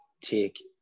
take